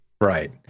Right